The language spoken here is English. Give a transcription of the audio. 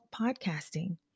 podcasting